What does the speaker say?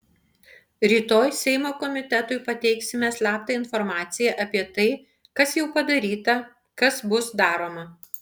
rytoj seimo komitetui pateiksime slaptą informaciją apie tai kas jau padaryta kas bus daroma